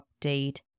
update